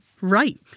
right